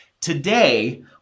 Today